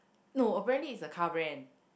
no apparently it's a car brand